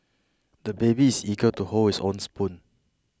the baby is eager to hold his own spoon